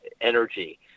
energy